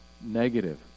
negative